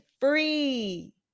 free